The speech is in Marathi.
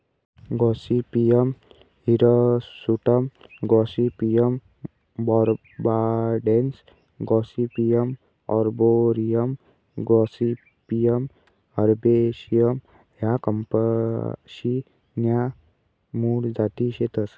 Gossypium hirsutum Gossypium barbadense Gossypium arboreum Gossypium herbaceum ह्या कपाशी न्या मूळ जाती शेतस